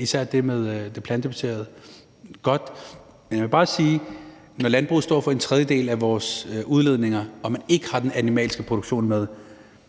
især det med det plantebaserede er godt. Men når landbruget står for en tredjedel af vores udledninger og man ikke har den animalske produktion med,